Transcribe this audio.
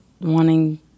wanting